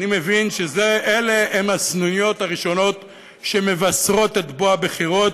אני מבין שאלה הן הסנוניות הראשונות שמבשרות את בוא הבחירות,